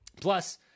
Plus